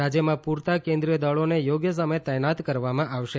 રાજ્યમાં પૂરતા કેન્દ્રિય દળોને યોગ્ય સમયે તૈનાત કરવામાં આવશે